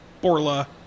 Borla